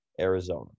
Arizona